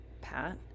Pat